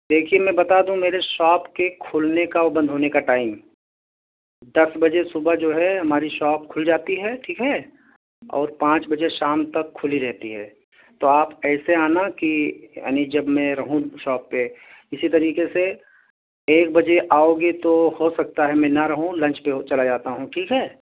دیکھیے میں بتا دوں میرے شاپ کے کھلنے کا اور بند ہونے کا ٹائم دس بجے صبح جو ہے ہماری شاپ کھل جاتی ہے ٹھیک ہے اور پانچ بجے شام تک کھلی رہتی ہے تو آپ ایسے آنا کہ یعنی جب میں رہوں شاپ پہ اسی طریقے سے ایک بجے آؤگے تو ہو سکتا ہے میں نہ رہوں لنچ پہ چلا جاتا ہوں ٹھیک ہے